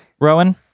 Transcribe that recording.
Rowan